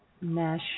mesh